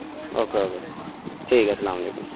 okay okay ٹھیک ہے السلام علیکم